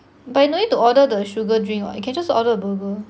but you don't need to order the sugar drink [what] you can just ordered a burger